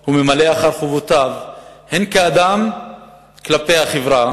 הוא ממלא אחר חובותיו הן כאדם כלפי החברה